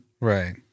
Right